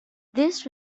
this